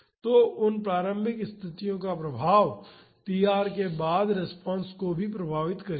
तो उन प्रारंभिक स्थितियों का प्रभाव tr के बाद रिस्पांस को भी प्रभावित करेगा